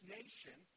nation